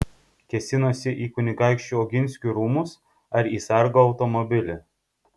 kėsinosi į kunigaikščių oginskių rūmus ar į sargo automobilį